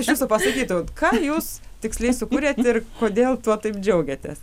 iš jūsų pasakytų ką jūs tiksliai sukūrėt ir kodėl tuo taip džiaugiatės